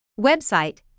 Website